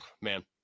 man